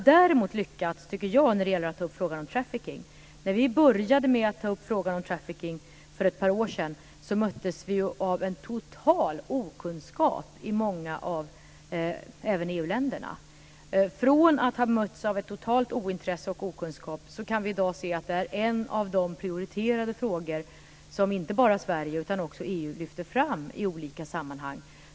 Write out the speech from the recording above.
Däremot har vi lyckats med detta med trafficking. När vi började att ta upp frågan om trafficking för ett par år sedan möttes vi av en total okunskap även i många av EU-länderna. Från att ha mötts av ett totalt ointresse och okunskap kan vi i dag se att det är en av de prioriterade frågor som inte bara Sverige utan också EU lyfter fram i olika sammanhang.